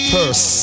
First